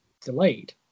delayed